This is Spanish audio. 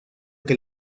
que